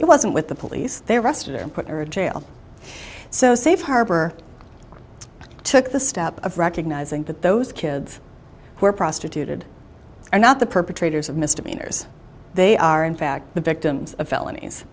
it wasn't with the police they arrested him put her in jail so safe harbor took the step of recognizing that those kids who are prostituted are not the perpetrators of misdemeanors they are in fact the victims of felonies